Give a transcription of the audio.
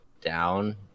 down